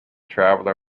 traveller